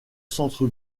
centre